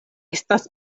estas